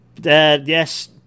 yes